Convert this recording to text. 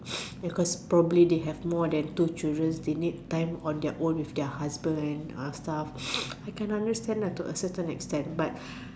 because probably they have more than two children they need time on their own with their husband and stuff I can understand that to a certain extent but